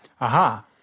Aha